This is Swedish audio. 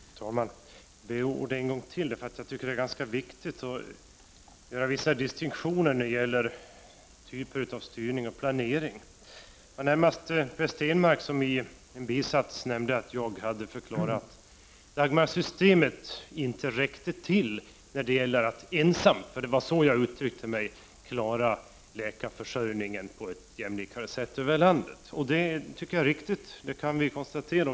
Herr talman! Jag begärde ordet en gång till därför att jag tycker att det är viktigt att göra vissa distinktioner när det gäller olika typer av styrning och planering. Per Stenmarck nämnde i en bisats att jag hade förklarat att Dagmarsystemet ensamt — det var så jag uttryckte mig — inte räckte för att klara läkarförsörjningen över landet på ett jämnare sätt. Det vidhåller jag — det kan vem som helst konstatera.